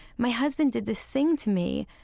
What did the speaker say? my husband did this thing to me,